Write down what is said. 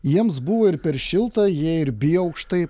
jiems buvo ir per šilta jie ir bijo aukštai